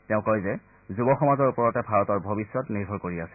তেওঁ কয় যে যুৱ সমাজৰ ওপৰতে ভাৰতৰ ভৱিষ্যত নিৰ্ভৰ কৰি আছে